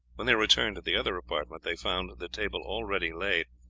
when they returned to the other apartment they found the table already laid,